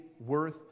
worth